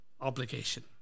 obligation